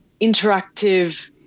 Interactive